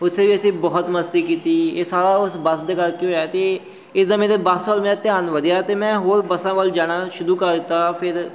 ਉੱਥੇ ਵੀ ਅਸੀਂ ਬਹੁਤ ਮਸਤੀ ਕੀਤੀ ਇਹ ਸਾਰਾ ਉਸ ਬੱਸ ਦੇ ਕਰਕੇ ਹੋਇਆ ਹੈ ਅਤੇ ਇਸਦਾ ਮੇਰੇ ਬੱਸ ਵੱਲ ਮੇਰਾ ਧਿਆਨ ਵਧਿਆ ਅਤੇ ਮੈਂ ਹੋਰ ਬੱਸਾਂ ਵੱਲ ਜਾਣਾ ਸ਼ੁਰੂ ਕਰ ਦਿੱਤਾ ਫਿਰ